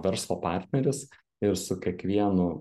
verslo partneris ir su kiekvienu